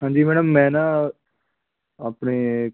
ਹਾਂਜੀ ਮੈਡਮ ਮੈਂ ਨਾ ਆਪਣੇ